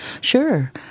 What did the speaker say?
Sure